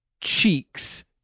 cheeks